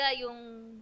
yung